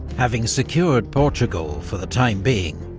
having secured portugal, for the time being,